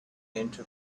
into